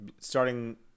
starting